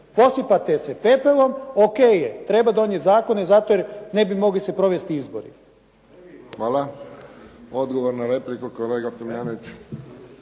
Posipate se pepelom, ok je, treba donijeti zakone zato jer ne bi mogli se provesti izbori. **Friščić, Josip (HSS)** Hvala. Odgovor na repliku, kolega Tomljanović.